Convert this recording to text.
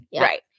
Right